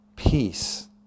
peace